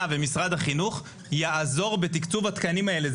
ומשרד החינוך יעזרו בתקצוב התקנים האלה.